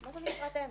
מה זה משרת אם?